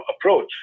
approach